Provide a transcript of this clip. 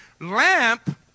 Lamp